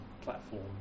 platform